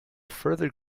further